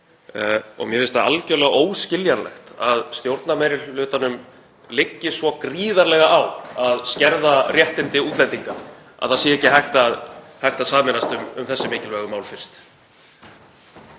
Mér finnst það algjörlega óskiljanlegt að stjórnarmeirihlutanum liggi svo gríðarlega á að skerða réttindi útlendinga að það sé ekki hægt að sameinast um þessi mikilvægu mál fyrst,